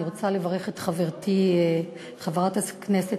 אני רוצה לברך את חברתי חברת הכנסת